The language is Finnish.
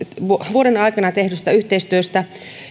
vuoden aikana tehdystä yhteistyöstä